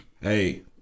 hey